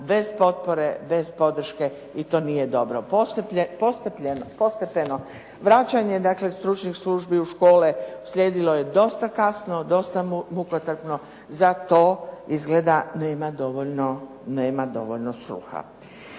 bez potpore, bez podrške i to nije dobro. Postepeno vraćanje dakle, stručnih službi u škole slijedilo je dosta kasno, dosta mukotrpno, za to nema dovoljno sluha.